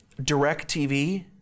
DirecTV